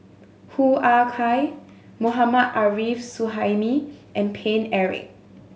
Hoo Ah Kay Mohammad Arif Suhaimi and Paine Eric